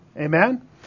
amen